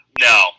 No